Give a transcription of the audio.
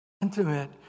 intimate